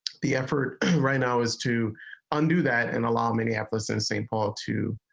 the effort right now is to and that in a long minneapolis and saint paul to.